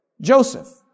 Joseph